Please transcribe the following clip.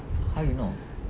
how you know